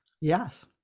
Yes